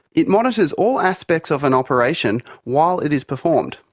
it monitors all aspects of an operation while it is performed.